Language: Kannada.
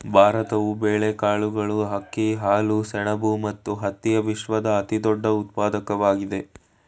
ಭಾರತವು ಬೇಳೆಕಾಳುಗಳು, ಅಕ್ಕಿ, ಹಾಲು, ಸೆಣಬು ಮತ್ತು ಹತ್ತಿಯ ವಿಶ್ವದ ಅತಿದೊಡ್ಡ ಉತ್ಪಾದಕವಾಗಿದೆ